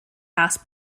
house